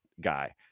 guy